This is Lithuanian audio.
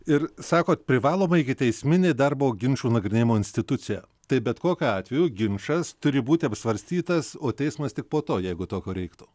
ir sakot privaloma ikiteisminė darbo ginčų nagrinėjimo institucija tai bet kokiu atveju ginčas turi būti apsvarstytas o teismas tik po to jeigu tokio reiktų